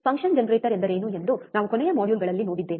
function generator ಎಂದರೇನು ಎಂದು ನಾವು ಕೊನೆಯ ಮಾಡ್ಯೂಲ್ಗಳಲ್ಲಿ ನೋಡಿದ್ದೇವೆ